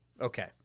Okay